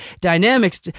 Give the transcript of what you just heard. dynamics